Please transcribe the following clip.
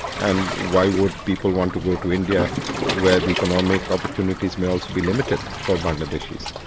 and why would people want to go to india where the economic opportunities may also be limited for bangladeshis?